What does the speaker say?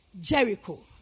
Jericho